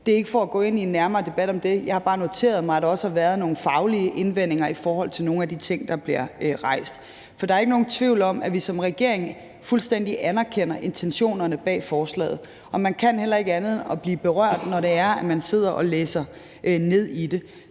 Det er ikke for at gå ind i en nærmere debat om det – jeg har bare noteret mig, at der også har været nogle faglige indvendinger i forhold til nogle af de ting, der bliver rejst. For der er ikke nogen tvivl om, at vi som regering fuldstændig anerkender intentionerne bag forslaget, og man kan heller ikke andet end at blive berørt, når man sidder og læser det.